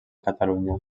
catalunya